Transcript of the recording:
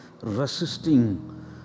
resisting